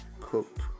cooked